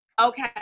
Okay